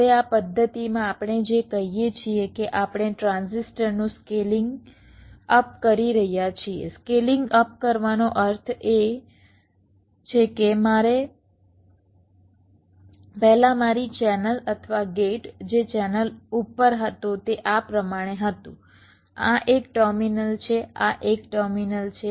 હવે આ પદ્ધતિમાં આપણે જે કહીએ છીએ કે આપણે ટ્રાન્ઝિસ્ટરનું સ્કેલિંગ અપ કરી રહ્યા છીએ સ્કેલિંગ અપ કરવાનો અર્થ એ છે કે પહેલા મારી ચેનલ અથવા ગેટ જે ચેનલ ઉપર હતો તે આ પ્રમાણે હતું આ 1 ટર્મિનલ છે આ 1 ટર્મિનલ છે